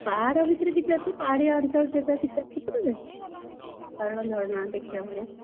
ପାହାଡ଼ ଭିତରେ କିଛି ଅଛି ପାହାଡ଼ିଆ ଅଞ୍ଚଳ ଜାଗା କିଛି ଅଛି ସେପଟରେ ପାହାଡ଼ ଝରଣା ଦେଖିଲା ଭଳି